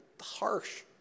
harsh